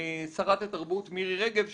שרת התרבות מירי רגב שאומרת: